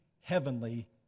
heavenly